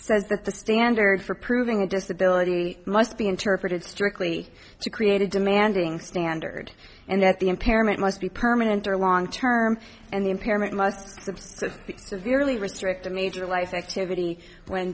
says that the standard for proving a disability must be interpreted strictly to create a demanding standard and that the impairment must be permanent or long term and the impairment must subsist severely restrict the major life activity when